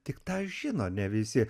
tik tą žino ne visi